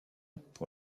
pour